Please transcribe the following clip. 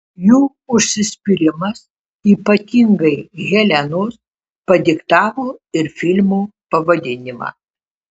jų užsispyrimas ypatingai helenos padiktavo ir filmo pavadinimą